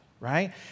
right